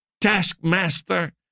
taskmaster